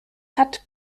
hat